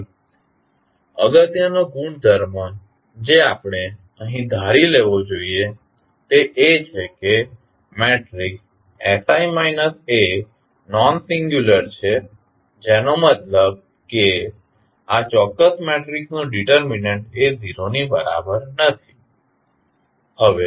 તેથી અગત્યનો ગુણધર્મ જે આપણે અહીં ધારી લેવો જોઈએ તે એ છે કે મેટ્રિક્સ sI A નોનસિંગ્યુલર છે જેનો મતલબ કે આ ચોક્કસ મેટ્રિક્સનો ડીટરમિન્ટ એ 0 ની બરાબર નથી